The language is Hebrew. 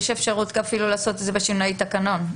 יש אפילו אפשרות לעשות את זה בשינויי תקנון,